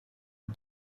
die